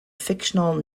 fictional